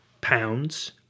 pounds